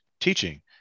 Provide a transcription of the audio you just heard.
teaching